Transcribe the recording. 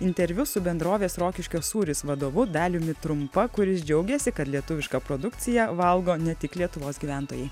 interviu su bendrovės rokiškio sūris vadovu daliumi trumpa kuris džiaugiasi lietuvišką produkciją valgo ne tik lietuvos gyventojai